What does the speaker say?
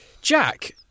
Jack